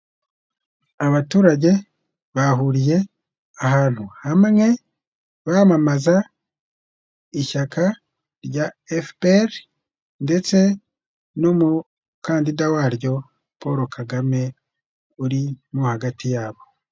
Abaturage bahuriye ahantu hamwe, bamamaza ishyaka rya FPR ndetse n'umukandida waryo Paul Kagame urimo hagati yabo.